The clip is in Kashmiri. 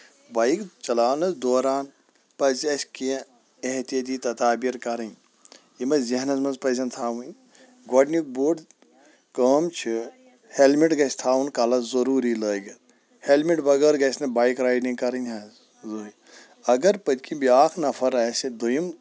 بایک چلاونس دوران پَزِ اَسہِ کیٚنہہ احتیٲتی تَدابیٖر کَرٕنۍ یِم اَسہِ ذہنس منٛز پَزن تھاوٕنۍ گۄڈٕنیُک بوٚڑ کٲم چھِ ہیلمٹ گژھِ تھاوُن کَلس ضروٗری لٲگِتھ ہیلمٹ بغٲر گژھِ نہٕ بایک رایڈنگ کَرٕنۍ حظ اگر پٔتھۍ کِنۍ بیاکھ نَفر آسہِ دٔیم